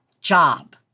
job